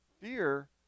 fear